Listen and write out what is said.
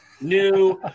new